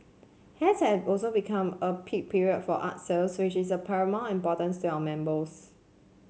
has also become a peak period for art sales which is paramount importance to our members